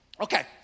Okay